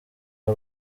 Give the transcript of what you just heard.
aba